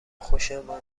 خوشمان